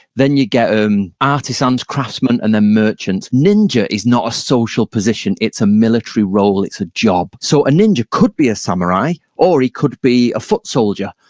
then you get and artisans and craftsmen, and then merchants. ninja is not a social position. it's a military role. it's a job, so a ninja could be a samurai or he could be a foot soldier.